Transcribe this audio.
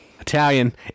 Italian